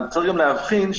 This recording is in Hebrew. אבל צריך גם להבחין,